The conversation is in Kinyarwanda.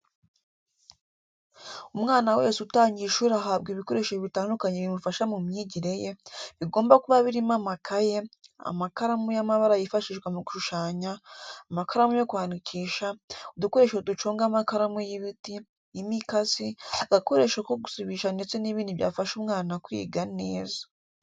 Umwana wese utangiye ishuri ahabwa ibikoresho bitandukanye bimufasha mu myigire ye, bigomba kuba birimo amakaye, amakaramu y'amabara yifashishwa mu gushushanya, amakaramu yo kwandikisha, udukoresho duconga amakaramu y'ibiti, imikasi, agakoresho ko gusibisha ndetse n'ibindi byafasha umwana kwiga neza.